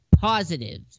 positive